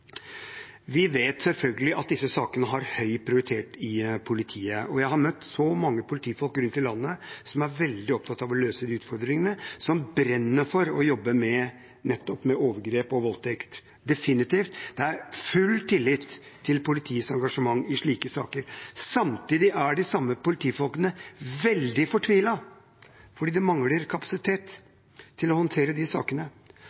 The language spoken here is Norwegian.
sakene har høy prioritet i politiet, Jeg har møtt mange politifolk rundt i landet som er veldig opptatt av å løse de utfordringene, som brenner for å jobbe med nettopp overgrep og voldtekt. Det er definitivt full tillit til politiets engasjement i slike saker. Samtidig er de samme politifolkene veldig fortvilet, for de mangler kapasitet til å håndtere disse sakene.